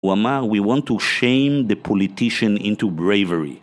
הוא אמר, We want to shame the politician into bravery.